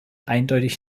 eindeutig